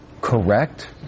correct